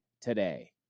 today